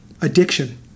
addiction